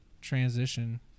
transition